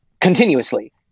continuously